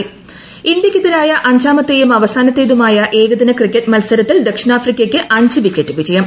women cricket ഇന്ത്യയ്ക്കെതിരായ അഞ്ചാമത്തെതും അവസാനത്തേതുമായ വനിത ഏകദിന ക്രിക്കറ്റ് മത്സരത്തിൽ ദക്ഷിണാഫ്രിക്കയ്ക്ക് അഞ്ച് വിക്കറ്റ് വിജയം